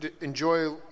enjoy